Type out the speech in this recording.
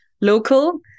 local